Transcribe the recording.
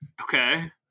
Okay